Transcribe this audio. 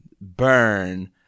burn